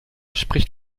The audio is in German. spricht